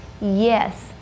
Yes